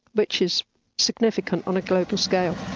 which is significant on a global scale.